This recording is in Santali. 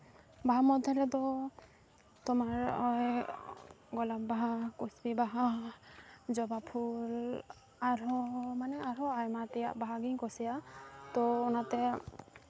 ᱵᱟᱦᱟ ᱢᱚᱫᱫᱷᱮ ᱨᱮᱫᱚ ᱛᱳᱢᱟᱨ ᱳᱭ ᱜᱳᱞᱟᱯ ᱵᱟᱦᱟ ᱠᱩᱥᱵᱤ ᱵᱟᱦᱟ ᱡᱚᱵᱟ ᱯᱷᱩᱞ ᱟᱨᱦᱚᱸ ᱢᱟᱱᱮ ᱟᱨᱦᱚᱸ ᱟᱭᱢᱟ ᱛᱮᱭᱟᱜ ᱵᱟᱦᱟ ᱜᱤᱧ ᱠᱩᱥᱤᱭᱟᱜᱼᱟ ᱛᱳ ᱚᱱᱟᱛᱮ